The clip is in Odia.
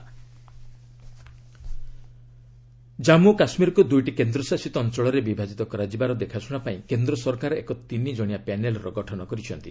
centre K and K panel Jammu ଓ କାଶ୍ମୀରକୁ ଦୁଇଟି କେନ୍ଦ୍ରଶାସିତ ଅଞ୍ଚଳରେ ବିଭାଜିତ କରାଯିବାର ଦେଖାଶୁଣା ପାଇଁ କେନ୍ଦ୍ର ସରକାର ଏକ ତିନି ଜଣିଆ ପ୍ୟାନେଲ୍ର ଗଠନ କରିଛନ୍ତି